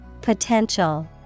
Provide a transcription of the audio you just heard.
Potential